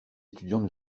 étudiants